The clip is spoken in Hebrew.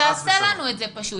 תעשה לנו את זה פשוט.